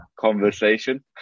conversation